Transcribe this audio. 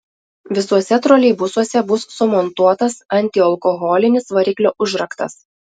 visuose troleibusuose bus sumontuotas antialkoholinis variklio užraktas